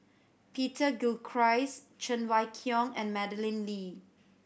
Peter Gilchrist Cheng Wai Keung and Madeleine Lee